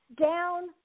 down